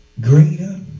Greater